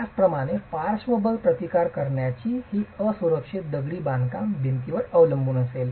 त्याचप्रमाणे पार्श्व बल प्रतिकार करण्यासाठी ही असुरक्षित दगडी बांधकाम भिंतीवर अवलंबून असेल